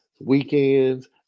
weekends